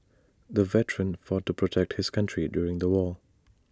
the veteran fought to protect his country during the war